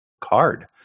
card